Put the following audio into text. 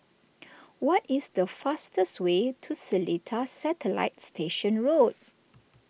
what is the fastest way to Seletar Satellite Station Road